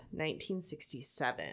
1967